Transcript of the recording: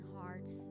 hearts